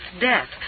death